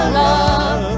love